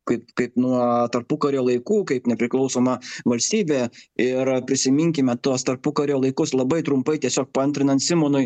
kaip kaip nuo tarpukario laikų kaip nepriklausomą valstybę ir prisiminkime tuos tarpukario laikus labai trumpai tiesiog antrinant simonui